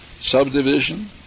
subdivision